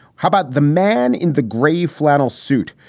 how about the man in the gray flannel suit,